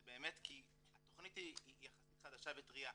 באמת כי התכנית היא יחסית חדשה וטרייה,